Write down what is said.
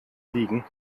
liegen